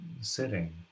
sitting